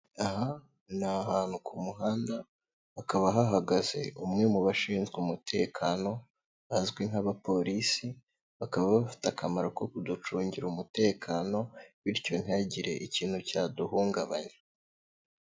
Aha ni ahantu ku muhanda, hakaba hahagaze umwe mu bashinzwe umutekano bazwi nk'abapolisi, bakaba bafite akamaro ko kuducungira umutekano bityo ntihagire ikintu cyaduhungabanya.